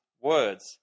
words